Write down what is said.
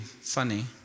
funny